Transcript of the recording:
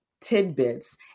tidbits